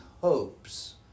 hopes